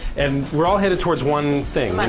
and we're all headed towards one thing. money.